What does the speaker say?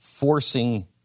Forcing